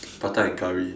prata and Curry